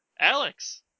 Alex